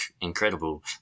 incredible